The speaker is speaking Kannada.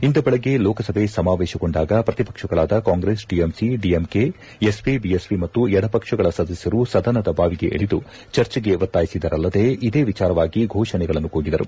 ಇಂದು ಬೆಳಗ್ಗೆ ಲೋಕಸಭೆ ಸಮಾವೇಶಗೊಂಡಾಗ ಪ್ರತಿಪಕ್ಷಗಳಾದ Congress TMC DMK SP BSP ಮತ್ತು ಎಡಪಕ್ಷಗಳ ಸದಸ್ನರು ಸದನದ ಬಾವಿಗಿಳಿದು ಚರ್ಚೆಗೆ ಒತ್ತಾಯಿಸಿದರಲ್ಲದೇ ಇದೇ ವಿಚಾರವಾಗಿ ಘೋಷಣೆಗಳನ್ನು ಕೂಗಿದರು